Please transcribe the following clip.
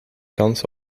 kans